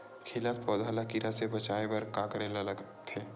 खिलत पौधा ल कीरा से बचाय बर का करेला लगथे?